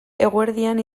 eguerdian